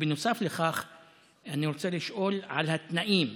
נוסף לכך אני רוצה לשאול על התנאים.